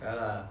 I mean